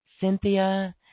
Cynthia